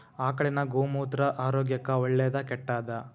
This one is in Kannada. ಆಕಳಿನ ಗೋಮೂತ್ರ ಆರೋಗ್ಯಕ್ಕ ಒಳ್ಳೆದಾ ಕೆಟ್ಟದಾ?